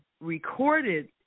recorded